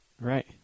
Right